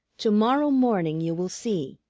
to-morrow morning you will see,